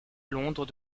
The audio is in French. londres